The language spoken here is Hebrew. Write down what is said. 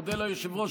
מודה ליושב-ראש,